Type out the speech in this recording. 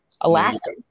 Alaska